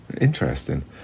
Interesting